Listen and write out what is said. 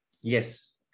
Yes